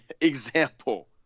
example